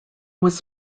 was